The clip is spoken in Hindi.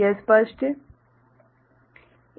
यह स्पष्ट है